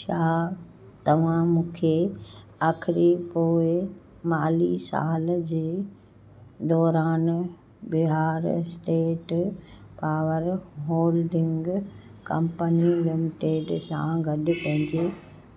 छा तव्हां मूंखे आखिरी पोइ माली साल जे दौरानु Bihar state power holding company limited सां गॾु पंहिंजे